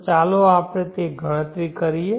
તો ચાલો આપણે તે ગણતરી કરીએ